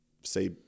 say